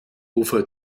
ufer